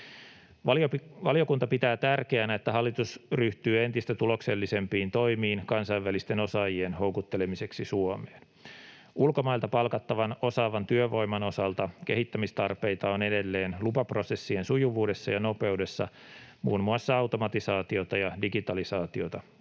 Valiokunta pitää tärkeänä, että hallitus ryhtyy entistä tuloksellisempiin toimiin kansainvälisten osaajien houkuttelemiseksi Suomeen. Ulkomailta palkattavan osaavan työvoiman osalta kehittämistarpeita on edelleen lupaprosessien sujuvuudessa ja nopeudessa muun muassa automatisaatiota ja digitalisaatiota